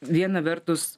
viena vertus